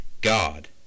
God